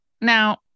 Now